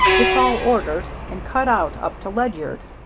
it's all ordered and cut out up to ledyard.